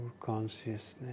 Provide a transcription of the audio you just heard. consciousness